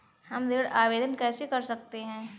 हम ऋण आवेदन कैसे कर सकते हैं?